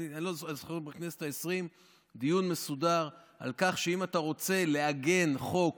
אני זוכר בכנסת העשרים דיון מסודר על כך שאם אתה רוצה לעגן חוק